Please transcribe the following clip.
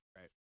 right